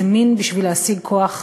זה מין בשביל להשיג כוח,